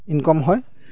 income হয়